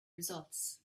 results